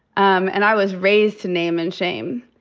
um and i was raised to name and shame.